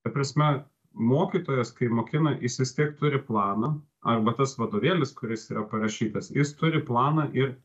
ta prasme mokytojas kai mokina jis vis tiek turi planą arba tas vadovėlis kuris yra parašytas jis turi planą ir